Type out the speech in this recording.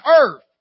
earth